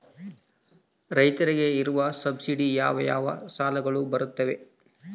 ರೈತರಿಗೆ ಇರುವ ಸಬ್ಸಿಡಿ ಯಾವ ಯಾವ ಸಾಲಗಳು ಬರುತ್ತವೆ?